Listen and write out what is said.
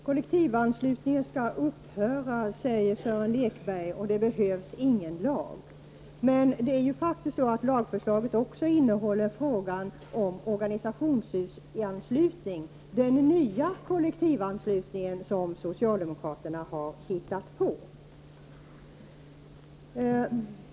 Herr talman! Kollektivanslutningen skall upphöra, säger Sören Lekberg, och det behövs ingen lag. Men lagförslaget behandlar också frågan om organisationsanslutning -- den nya kollektivanslutning som socialdemokraterna har hittat på.